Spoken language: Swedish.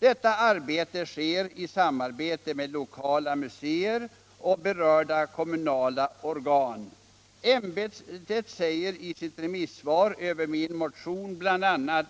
Detta arbete sker i samarbete med lokala museer och berörda kommunala organ. Ämbetet säger i sitt remissvar över min motion bl.a.